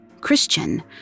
Christian